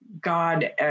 God